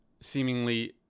seemingly